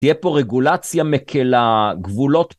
תהיה פה רגולציה מקלה, גבולות...